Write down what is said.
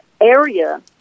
area